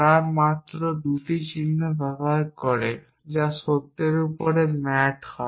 তারা মাত্র 2 চিহ্ন ব্যবহার করে যা সত্য উপর ম্যাট হয়